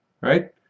right